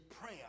prayer